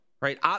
right